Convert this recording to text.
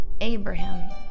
Abraham